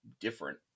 different